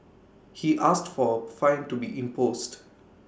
he asked for A fine to be imposed